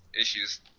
issues